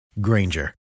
Granger